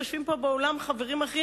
יושבים פה באולם חברים אחרים,